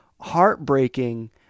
heartbreaking